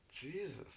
Jesus